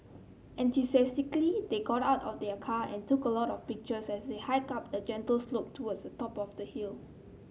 enthusiastically they got out of their car and took a lot of pictures as they hiked up a gentle slope towards the top of the hill